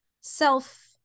self